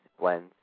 blends